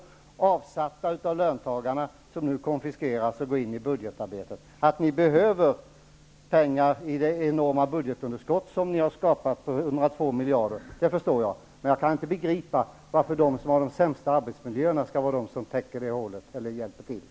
Det är pengar avsatta av löntagarna som nu konfiskeras. Att ni behöver pengar med tanke på det enorma budgetunderskott på 102 miljarder som ni har skapat, det förstår jag. Men jag kan inte begripa varför de som har de sämsta arbetsmiljöerna skall vara de som hjälper er att fylla igen det hålet.